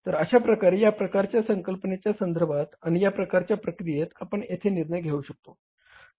तर अशा प्रकारे या प्रकारच्या संकल्पने संधर्भात आणि या प्रकारच्या प्रक्रियेत आपण येथे निर्णय घेऊ शकतो